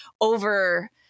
over